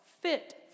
Fit